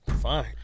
fine